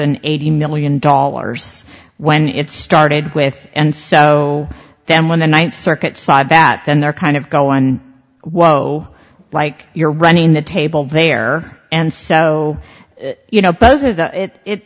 eighty million dollars when it started with and so then when the ninth circuit side bat then they're kind of go on whoa like you're running the table there and so you know